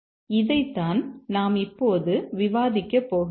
இதைத்தான் நாம் இப்போது விவாதிக்கப் போகிறோம்